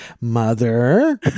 Mother